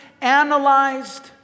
analyzed